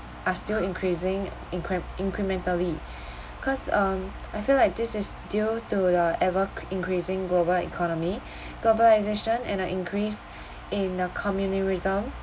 are still increasing increm~ incrementally cause um I feel like this is due to the ever increasing global economy globalisation and a increase in the communal resolve